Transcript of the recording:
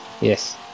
Yes